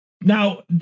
Now